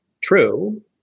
true